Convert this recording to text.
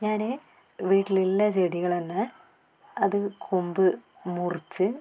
ഞാൻ വീട്ടിലുള്ള ചെടികൾ തന്നെ അത് കൊമ്പ് മുറിച്ച്